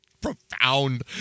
profound